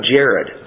Jared